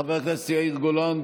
חבר הכנסת יאיר גולן,